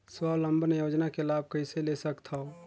स्वावलंबन योजना के लाभ कइसे ले सकथव?